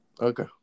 Okay